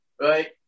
right